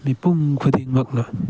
ꯃꯤꯄꯨꯝ ꯈꯨꯗꯤꯡꯃꯛꯅ